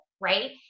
right